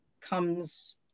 comes